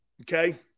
okay